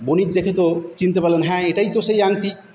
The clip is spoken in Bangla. বণিক দেখে তো চিনতে পারলেন হ্যাঁ এটাই তো সেই আংটি